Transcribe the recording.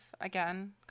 Again